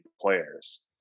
players